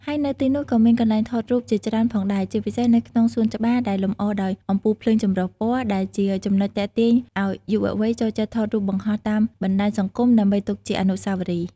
ហើយនៅទីនោះក៏មានកន្លែងថតរូបជាច្រើនផងដែរ ជាពិសេសនៅក្នុងសួនច្បារដែលលម្អដោយអំពូលភ្លើងចម្រុះពណ៌ ដែលជាចំណុចទាក់ទាញឱ្យយុវវ័យចូលចិត្តថតរូបបង្ហោះតាមបណ្ដាញសង្គមដើម្បីទុកជាអនុស្សាវរីយ៍។